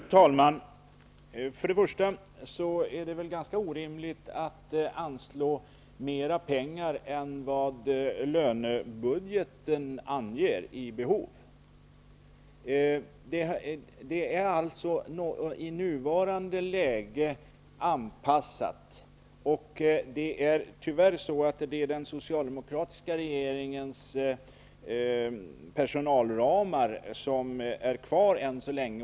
Fru talman! Till att börja med är det väl ganska orimligt att anslå mera pengar än vad som behövs enligt lönebudgeten. Anslaget är anpassat till nuvarande läge. Den socialdemokratiska regeringens personalramar gäller tyvärr än så länge.